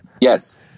yes